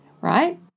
right